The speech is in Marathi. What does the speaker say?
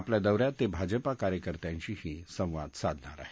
आपल्या दौ यात ते भाजपा कार्यकर्त्यांशीही संवाद साधणार आहेत